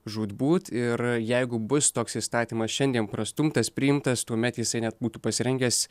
žūtbūt ir jeigu bus toks įstatymas šiandien prastumtas priimtas tuomet jisai net būtų pasirengęs